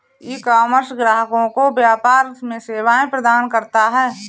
ecommerce ग्राहकों को व्यापार में सेवाएं प्रदान करता है